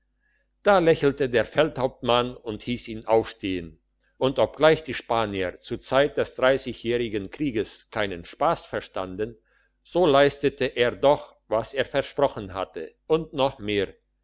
da lächelte der feldhauptmann und hiess ihn aufstehn und obgleich die spanier zur zeit des dreissigjährigen krieges keinen spass verstanden so leistete er doch was er versprochen hatte und noch mehr